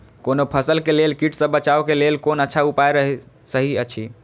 कोनो फसल के लेल कीट सँ बचाव के लेल कोन अच्छा उपाय सहि अछि?